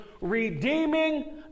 Redeeming